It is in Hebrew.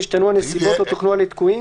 השתנו הנסיבות או תוקנו הליקויים"?